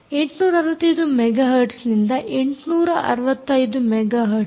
865 megahertz ನಿಂದ 865 mega hertz